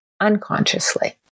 unconsciously